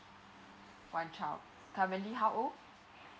one child currently how old